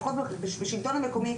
בשלטון המקומי,